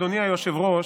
אדוני היושב-ראש,